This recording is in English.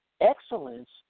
Excellence